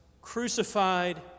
crucified